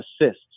assists